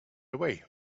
away